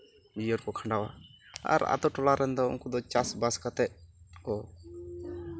ᱡᱤᱭᱚᱱ ᱠᱚ ᱠᱷᱟᱱᱰᱟᱣᱟ ᱟᱨ ᱟᱛᱳ ᱴᱚᱞᱟ ᱨᱮᱱ ᱫᱚ ᱪᱟᱥᱵᱟᱥ ᱠᱟᱛᱮᱜ ᱠᱚ